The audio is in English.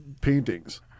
paintings